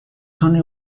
tony